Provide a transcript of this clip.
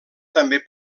també